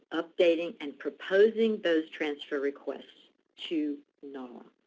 updating, and proposing those transfer requests to nara.